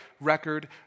record